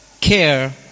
care